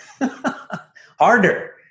Harder